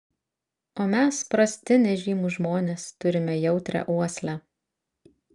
o mes prasti nežymūs žmonės turime jautrią uoslę